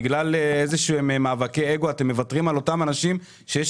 בגלל מאבקי אגו אתם מוותרים על אותם אנשים כשיש